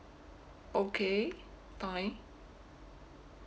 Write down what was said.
okay fine